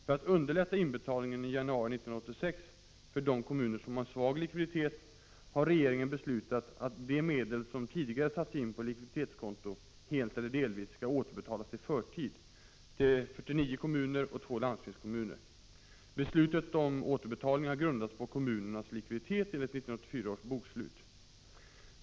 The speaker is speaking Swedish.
För att underlätta inbetalningen i januari 1986 för de kommuner som har en svag likviditet har regeringen beslutat att de medel som tidigare satts in på likviditetskonto helt eller delvis skall återbetalas i förtid till 49 kommuner och 2 landstingskommuner. Beslutet om återbetalning har grundats på kommunernas likviditet enligt 1984 års bokslut.